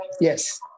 Yes